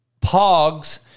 Pogs